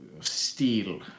steel